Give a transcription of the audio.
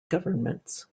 governments